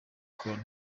col